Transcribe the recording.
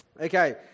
Okay